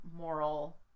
moral